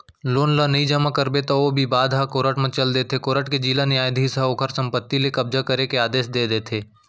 loan ल नइ जमा करबे त ओ बिबाद ह कोरट म चल देथे कोरट के जिला न्यायधीस ह ओखर संपत्ति ले कब्जा करे के आदेस दे देथे